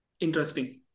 Interesting